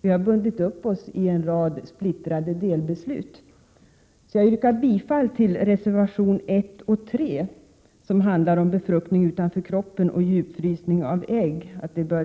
Vi har bundit upp oss vid en rad splittrade delbeslut. Herr talman! Jag yrkar bifall till reservationerna 1 och 3, som handlar om förbud mot verksamhet med befruktning utanför kroppen och frysning av befruktade ägg.